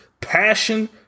passion